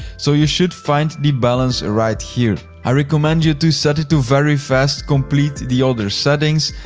so you should find the balance right here. i recommend you to set it to very fast, complete the other settings,